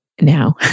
now